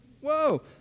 whoa